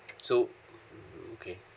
so okay